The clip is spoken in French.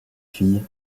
filles